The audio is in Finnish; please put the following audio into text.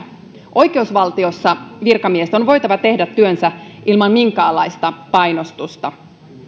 oi keusvaltiossa virkamiesten on voitava tehdä työnsä ilman minkäänlaista painostusta